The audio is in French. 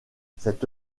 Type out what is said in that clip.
cette